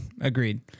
Agreed